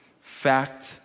fact